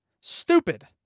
Stupid